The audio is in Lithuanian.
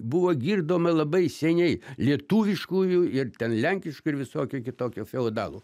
buvo girdoma labai seniai lietuviškųjų ir ten lenkiškų ir visokių kitokių feodalų